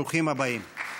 ברוכים הבאים.